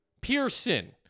Pearson